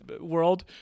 world